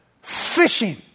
Fishing